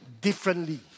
differently